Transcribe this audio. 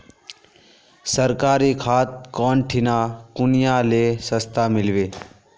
सरकारी खाद कौन ठिना कुनियाँ ले सस्ता मीलवे?